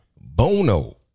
Bono